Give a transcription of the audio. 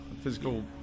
physical